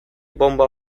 bonba